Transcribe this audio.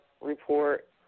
report